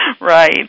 Right